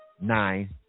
nine